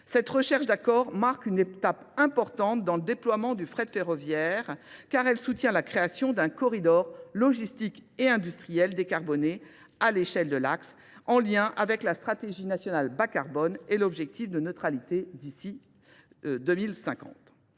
Cette recherche d'accord marque une étape importante dans le déploiement du frais de ferroviaire car elle soutient la création d'un corridor logistique et industriel décarboné à l'échelle de l'AXE en lien avec la stratégie nationale bas carbone et l'objectif de neutralité d'ici 2050.